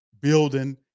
building